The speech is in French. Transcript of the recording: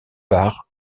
par